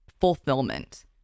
Fulfillment